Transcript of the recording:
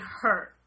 hurt